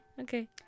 okay